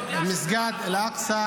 מי מציק להיכנס להתפלל?